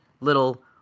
little